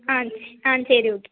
சரி ஓகே